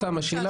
אוסאמה,